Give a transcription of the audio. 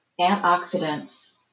antioxidants